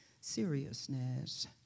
seriousness